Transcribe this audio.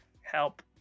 help